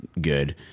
good